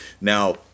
Now